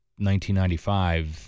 1995